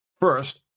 First